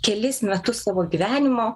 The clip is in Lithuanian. kelis metus savo gyvenimo